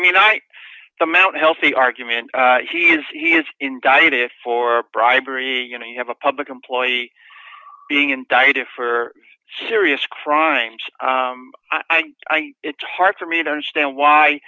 mean i come out healthy argument he is he is indicted for bribery you know you have a public employee being indicted for serious crimes i it's hard for me to understand why